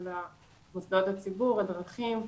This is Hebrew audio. של מוסדות הציבור והדרכים.